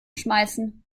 schmeißen